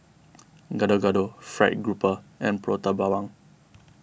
Gado Gado Fried Grouper and Prata Bawang